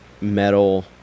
metal